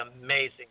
amazing